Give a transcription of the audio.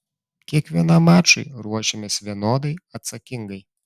kiekvienam mačui ruošiamės vienodai atsakingai